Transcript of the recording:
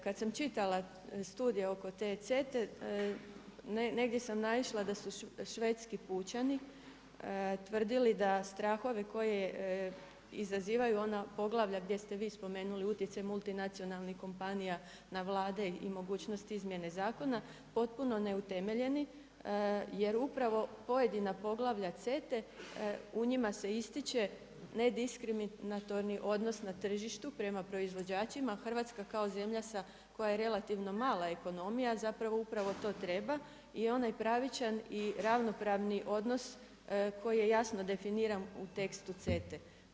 Kada sam čitala studija oko te CETA-e, negdje sam naišla da su Švedski pučani tvrdili da strahovi koje izazivaju ona poglavalja gdje ste vi spomenuli utjecaj multinacionalne kompanija na Vlade i mogućnost izmijene zakona, potpuno neutemeljeni, jer upravo pojedina poglavalja CETA-e, u njima se ističe nediskriminatorni odnos na tržištu prema proizvođačima, Hrvatska kao zemlja sa koja je relativno mala ekonomija, zapravo upravo to treba je onaj pravičan i ravnopravni odnos koji je jasno definiran u tekstu CETA-e.